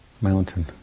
mountain